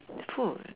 food